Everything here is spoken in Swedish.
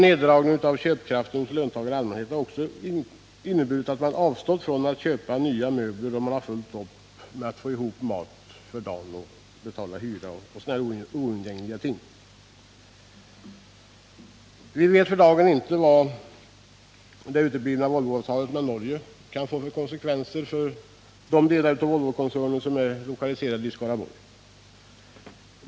Neddragningen av köpkraften hos löntagarna i allmänhet har också inneburit att man avstått från att köpa nya möbler; man har fullt upp med att få ihop till mat för dagen, hyra för bostaden och andra oumbärliga ting. För dagen vet vi inte vad det uteblivna Volvoavtalet med Norge kan få för konsekvenser för de delar av Volvokoncernen som är lokaliserade till Skaraborg.